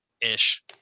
ish